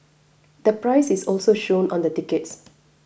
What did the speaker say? the price is also shown on the tickets